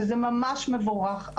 וזה ממש מבורך.